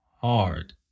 hard